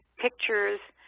pictures,